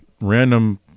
random